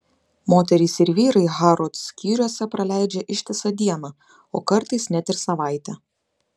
moterys ir vyrai harrods skyriuose praleidžia ištisą dieną o kartais net ir savaitę